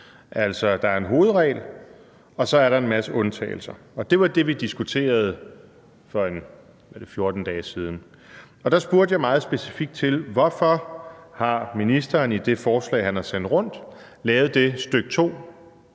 frem til – en hovedregel, og så er der en masse undtagelser, og det var det, vi diskuterede for en, er det 14 dage siden, og der spurgte jeg meget specifikt til: Hvorfor har ministeren i det forslag, han har sendt rundt, lavet det stk. 2,